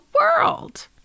world